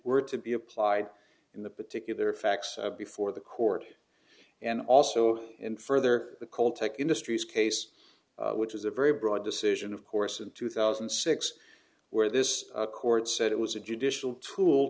were to be applied in the particular facts before the court and also in further the caltech industries case which is a very broad decision of course in two thousand and six where this court said it was a judicial tool